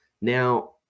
Now